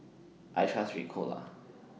I Trust Ricola